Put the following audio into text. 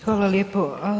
Hvala lijepo.